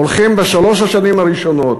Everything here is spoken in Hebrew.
הולכים בשלוש השנים הראשונות,